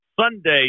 Sunday